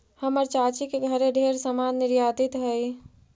हमर चाची के घरे ढेर समान निर्यातित हई